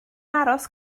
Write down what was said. aros